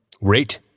rate